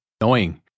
annoying